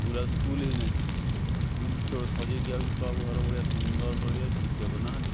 school ଆଉ school ହେଇ ନାହିଁ ସ୍କୁଲକୁ କେବଳ ସଜେଇ ଦିଆହଉଛି କ୍ଲବ୍ ଘର ଭଳିଆ ସୁନ୍ଦର କରି ଦିଆଯାଉଛି ଶିକ୍ଷକ ନାହାନ୍ତି